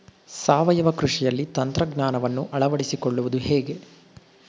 ಸಾವಯವ ಕೃಷಿಯಲ್ಲಿ ತಂತ್ರಜ್ಞಾನವನ್ನು ಅಳವಡಿಸಿಕೊಳ್ಳುವುದು ಹೇಗೆ?